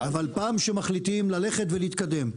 אבל פעם שמחליטים ללכת ולהתקדם,